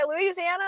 Louisiana